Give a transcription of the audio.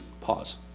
Pause